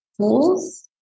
tools